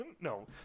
No